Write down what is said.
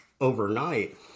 overnight